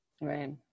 right